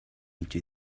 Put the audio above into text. into